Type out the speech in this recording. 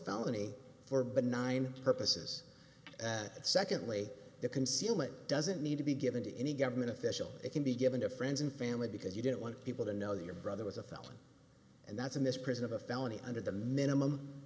felony for benign purposes and secondly the concealment doesn't need to be given to any government official it can be given to friends and family because you don't want people to know your brother was a felon and that's in this prison of a felony under the minimum